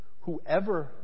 whoever